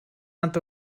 nad